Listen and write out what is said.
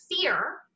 fear